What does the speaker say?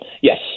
Yes